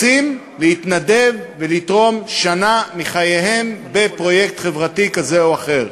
רוצים להתנדב ולתרום שנה מחייהם בפרויקט חברתי כזה או אחר.